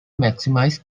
maximize